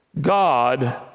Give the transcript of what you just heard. God